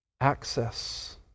access